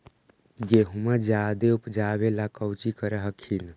गेहुमा जायदे उपजाबे ला कौची कर हखिन?